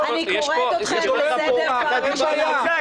אני קוראת אתכם לסדר פעם ראשונה.